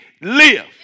live